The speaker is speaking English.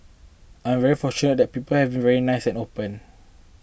I am very fortunate that people have been very nice and open